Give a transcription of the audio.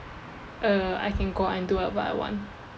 uh I can go out and do whatever I want